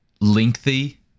lengthy